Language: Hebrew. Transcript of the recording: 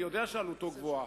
אני יודע שעלותו גבוהה,